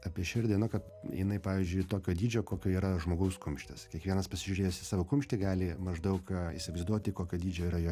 apie širdį na kad jinai pavyzdžiui tokio dydžio kokio yra žmogaus kumštis kiekvienas pasižiūrėjęs į savo kumštį gali maždaug įsivaizduoti kokio dydžio yra jo